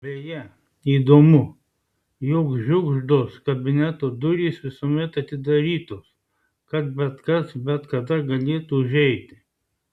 beje įdomu jog žiugždos kabineto durys visuomet atidarytos kad bet kas bet kada galėtų užeiti